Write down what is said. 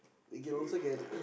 we can also get